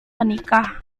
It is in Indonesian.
menikah